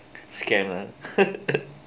scam uh